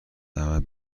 عقب